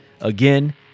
Again